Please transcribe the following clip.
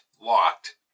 locked